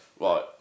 right